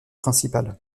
principales